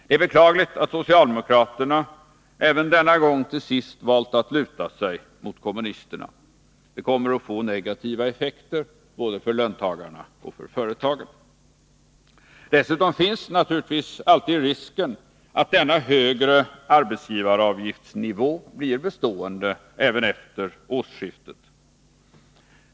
Det är beklagligt att socialdemokraterna även denna gång till sist valt att luta sig mot kommunisterna — det kommer att få negativa effekter både för löntagarna och för företagen. Dessutom finns naturligtvis alltid risken att denna högre arbetsgivaravgiftsnivå blir bestående även efter årsskiftet.